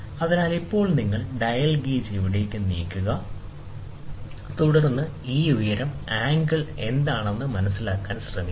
അതിനാൽ ഇപ്പോൾ നിങ്ങൾ ഒരു ഡയൽ ഗേജ് ഇവിടേക്ക് നീക്കുക തുടർന്ന് ഈ ഉയരം ആംഗിൾ എന്താണെന്ന് മനസിലാക്കാൻ ശ്രമിക്കുക